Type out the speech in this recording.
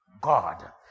God